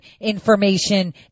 information